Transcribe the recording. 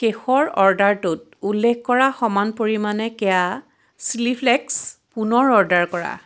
শেষৰ অৰ্ডাৰটোত উল্লেখ কৰা সমান পৰিমাণে কেয়া চিলি ফ্লেকছ পুনৰ অৰ্ডাৰ কৰা